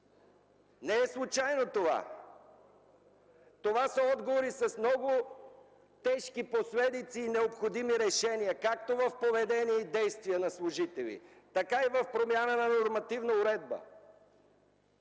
не е случайно. Това са отговори с много тежки последици и необходими решения – както в поведение и действия на служителите, така и в промяна на нормативна уредба.